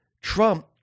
Trump